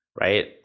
right